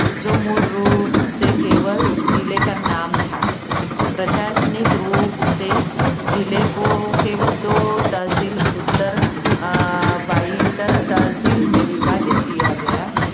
जो मूल रूप से केवल ज़िले का नाम था प्रशासनिक रूप से ज़िले को केवल दो तहसील उत्तर बाई तहसील में विभाजित किया गया